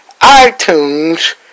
iTunes